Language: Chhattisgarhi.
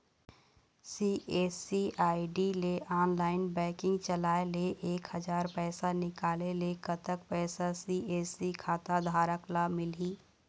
सी.एस.सी आई.डी ले ऑनलाइन बैंकिंग चलाए ले एक हजार पैसा निकाले ले कतक पैसा सी.एस.सी खाता धारक ला मिलही?